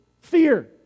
fear